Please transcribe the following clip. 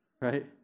right